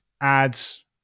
ads